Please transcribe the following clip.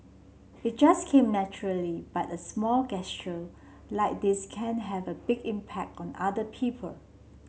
it just came naturally but a small like this can have a big impact on other people